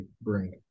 bring